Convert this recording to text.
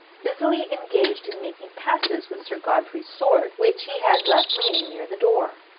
busily engaged in making passes with sir godfrey's sword, which he had left leaning near the door.